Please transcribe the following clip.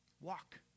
walk